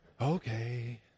okay